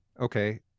okay